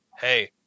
hey